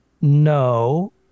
no